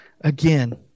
again